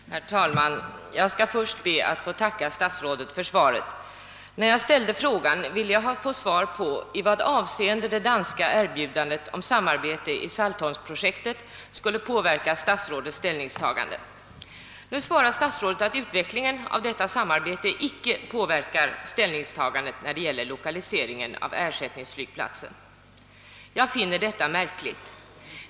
Herr talman! Jag ber att få tacka statsrådet för svaret. När jag ställde frågan ville jag få svar på i vad avseende det danska erbjudandet om samarbete i saltholmsprojektet skulle påverka statsrådets ställningstagande när det gäller ersättningsflygplats för Bulltofta. Nu svarar statsrådet att utvecklingen av detta samarbete icke påverkar ställningstagandet rörande lokalisering av ersättningsflygplatsen. Jag finner detta märkligt.